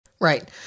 Right